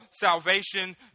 salvation